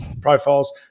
profiles